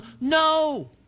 no